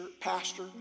pastor